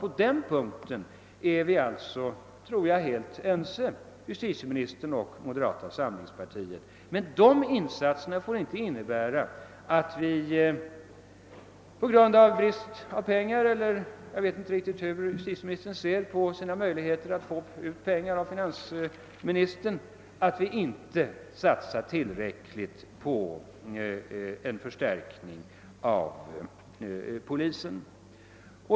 På den punkten är vi alltså, tror jag, helt ense, justitieministern och moderata samlingspartiet. Men dessa insatser får inte innebära att vi inte satsar tillräckligt på en förstärkning av polisen, även om man åberopar brist på pengar, och jag vet inte riktigt hur justitieministern ser på sina möjligheter att få ut pengar av finansministern för det här ändamålet.